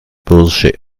bursche